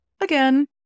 again